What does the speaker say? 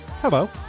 hello